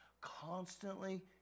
constantly